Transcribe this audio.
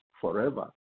forever